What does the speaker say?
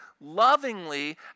lovingly